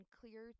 clear